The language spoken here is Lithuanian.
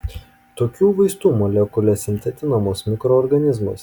tokių vaistų molekulės sintetinamos mikroorganizmuose